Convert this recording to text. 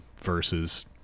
versus